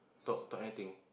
talk talk anything